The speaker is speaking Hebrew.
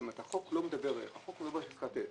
זאת אומרת, החוק אומר שצריך לתת.